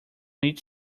each